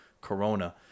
corona